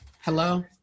hello